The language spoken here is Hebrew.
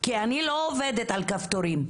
אני לא עובדת על כפתורים,